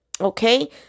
Okay